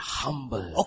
humble